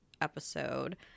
episode